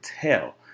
tell